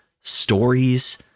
stories